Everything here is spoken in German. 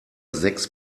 sechs